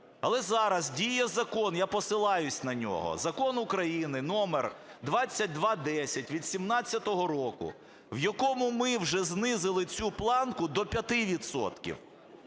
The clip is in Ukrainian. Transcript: Але зараз діє закон, я посилаюсь на нього, закон України номер 2210 від 2017 року, в якому ми вже знизили цю планку до 5